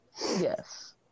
Yes